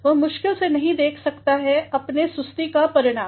वह मुश्किल सेनहीं देख सकता थाअपने सुस्तीका परिणाम